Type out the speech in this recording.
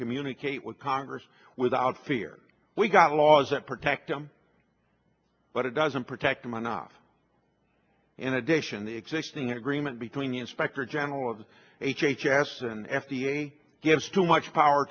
communicate with congress without fear we got laws that protect them but it doesn't protect them enough in addition they exist the agreement between the inspector general of h h s and f d a gives too much power